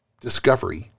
discovery